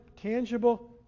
tangible